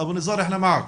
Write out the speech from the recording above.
גם ד"ר סמיר מחמיד,